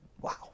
Wow